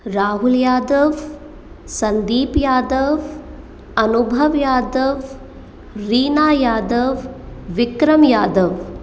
Rahul Yadav Sandeep Yadav Anubhav Yadav Reena Yadav Vikram Yadav